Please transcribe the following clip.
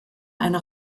eine